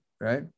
Right